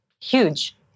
huge